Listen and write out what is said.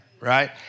right